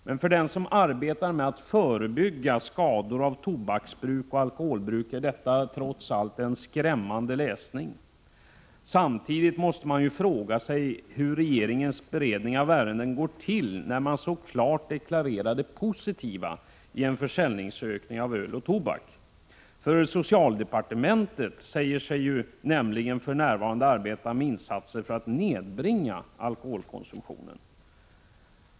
Men för den som arbetar med att förebygga skador av tobaksbruk och alkoholbruk är detta trots allt en skrämmande läsning. Samtidigt måste man fråga sig hur regeringens beredning av ärendena går till — när man så klart deklarerar det positiva i en ökning av försäljningen beträffande öl och tobak. Socialdepartementet säger sig ju för närvarande arbeta med insatser för att nedbringa alkoholkonsumtionen.